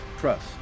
Trust